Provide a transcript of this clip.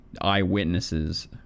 eyewitnesses